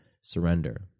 surrender